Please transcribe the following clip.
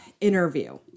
interview